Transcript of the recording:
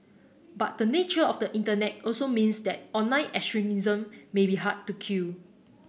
but the nature of the Internet also means that online extremism may be hard to kill